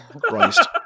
Christ